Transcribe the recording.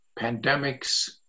pandemics